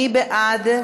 מי בעד?